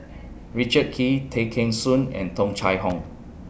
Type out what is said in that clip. Richard Kee Tay Kheng Soon and Tung Chye Hong